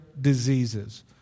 diseases